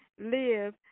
live